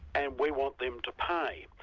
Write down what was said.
and we want them to pay.